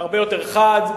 זה הרבה יותר חד,